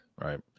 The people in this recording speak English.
right